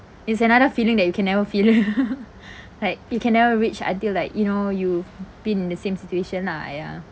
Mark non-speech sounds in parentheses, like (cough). it's another feeling that you can never feel (laughs) like you can never reach until like you know you've been in the same situation lah !aiya!